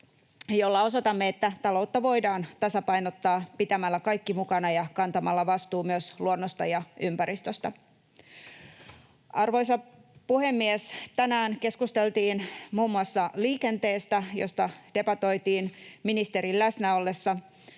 jolla osoitamme, että taloutta voidaan tasapainottaa pitämällä kaikki mukana ja kantamalla vastuu myös luonnosta ja ympäristöstä. Arvoisa puhemies! Tänään keskusteltiin muun muassa liikenteestä, josta debatoitiin ministerin läsnä ollessa.